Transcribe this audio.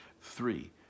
Three